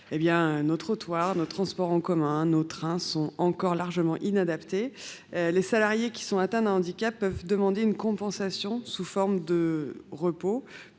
nos trottoirs et nos transports en commun sont encore largement inadaptés, les salariés atteints d’un handicap peuvent demander une compensation sous forme de repos,